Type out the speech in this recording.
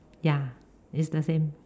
ya it's the same